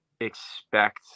expect